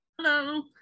Hello